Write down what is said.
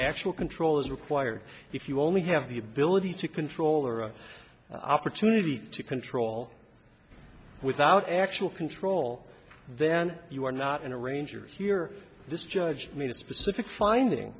actual control is required if you only have the ability to control or opportunity to control without actual control then you are not in a rangers here this judge made a specific finding